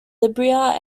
libya